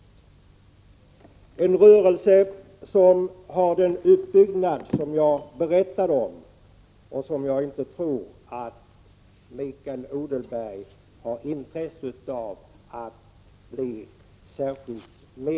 Men jag tror inte att Mikael Odenberg har intresse av att bli mera kunnig om de rörelser som har den uppbyggnad som jag berättat om.